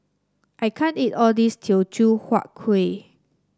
I can't eat all this Teochew Huat Kueh